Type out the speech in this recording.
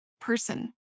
person